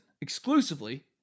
exclusively